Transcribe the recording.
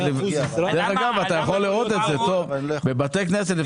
דרך אגב, אתה יכול לראות את זה בבתי כנסת,